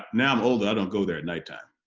now i'm older, i don't go there at night time.